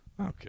Okay